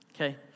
okay